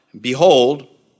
Behold